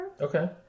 okay